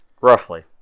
Roughly